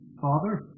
Father